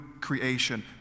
creation